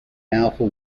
powerful